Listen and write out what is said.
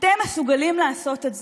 אתם מסוגלים לעשות את זה,